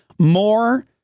more